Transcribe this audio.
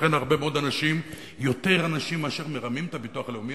לכן אנשים יותר מאשר מרמים את הביטוח הלאומי